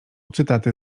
cytaty